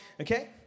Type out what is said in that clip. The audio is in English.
Okay